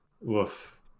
Woof